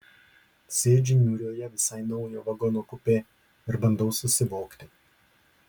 sėdžiu niūrioje visai naujo vagono kupė ir bandau susivokti